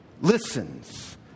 listens